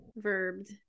verbed